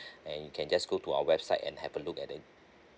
and you can just go to our website and have a look at it